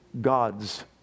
God's